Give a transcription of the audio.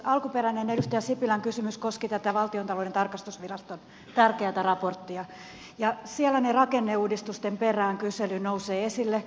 alkuperäinen edustaja sipilän kysymys koski tätä valtiontalouden tarkastusviraston tärkeätä raporttia ja siellä se rakenneuudistusten perään kysely nousee esille